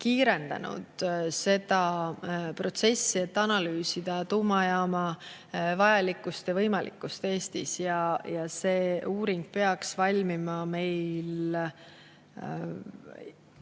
kiirendanud seda protsessi, et analüüsida tuumajaama vajalikkust ja võimalikkust Eestis. See uuring peaks valmima